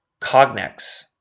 Cognex